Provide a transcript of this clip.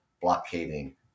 blockading